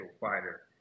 fighter